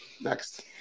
Next